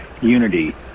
unity